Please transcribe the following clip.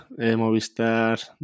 Movistar